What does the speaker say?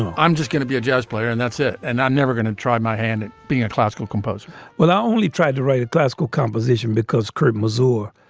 i'm just going to be a jazz player and that's it. and i'm never going to try my hand at being a classical composer well, i only tried to write a classical composition because kurt mazor,